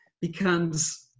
becomes